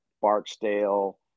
Barksdale